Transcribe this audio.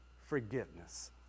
forgiveness